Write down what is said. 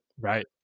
right